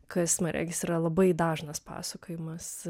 kas man regis yra labai dažnas pasakojimas